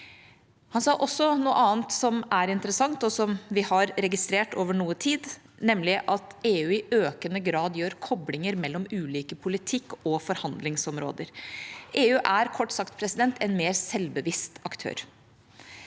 Han sa også noe annet som er interessant, og som vi har registrert over noe tid, nemlig at EU i økende grad gjør koblinger mellom ulike politikk- og forhandlingsområder. EU er, kort sagt, en mer selvbevisst aktør.